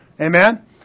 Amen